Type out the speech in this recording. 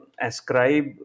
ascribe